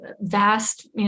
vast